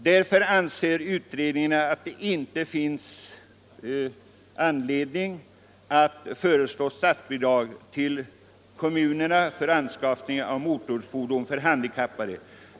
Därför anser utredningen att det inte finns anledning att föreslå statsbidrag till kommunerna för anskaffning av motorfordon för handikappade.